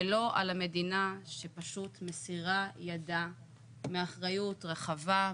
ולא על המדינה שפשוט מסירה ידה מאחריות רחבה,